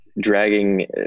dragging